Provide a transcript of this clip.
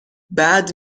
بعد